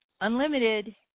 unlimited